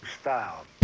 Style